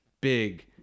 big